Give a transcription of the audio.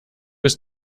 ist